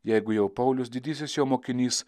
jeigu jau paulius didysis jo mokinys